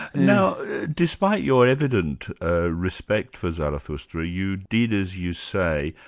now despite your evident ah respect for zarathustra, you did as you say,